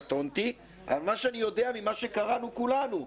קטונתי אבל מה שאני יודע ממה שקראנו כולנו: